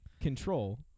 control